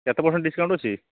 କେତେ percent discount ଅଛି